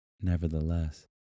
Nevertheless